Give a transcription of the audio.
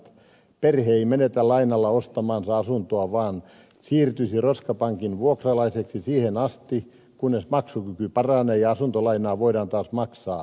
perhe ei menettäisi lainalla ostamaansa asuntoa vaan siirtyisi roskapankin vuokralaiseksi siihen asti kunnes maksukyky paranee ja asuntolainaa voidaan taas maksaa